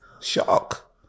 Shock